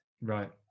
Right